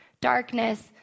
darkness